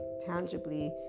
tangibly